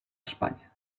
españa